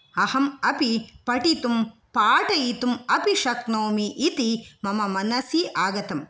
अहम् अपि पठितुं पाठयितुम् अपि शक्नोमि इति मम मनसि आगतम्